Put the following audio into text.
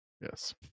Yes